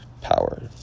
power